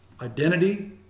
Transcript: Identity